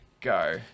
go